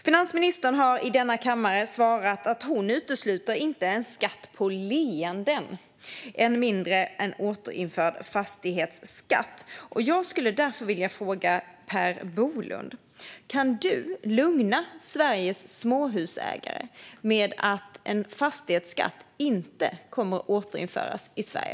Finansministern har i denna kammare svarat att hon inte utesluter en skatt på leenden - än mindre en återinförd fastighetsskatt. Jag skulle därför vilja fråga Per Bolund: Kan du lugna Sveriges småhusägare med att någon fastighetsskatt inte kommer att återinföras i Sverige?